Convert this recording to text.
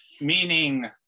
meaning